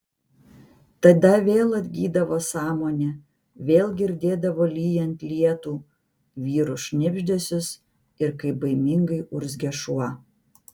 tada vėl atgydavo sąmonė vėl girdėdavo lyjant lietų vyrų šnibždesius ir kaip baimingai urzgia šuo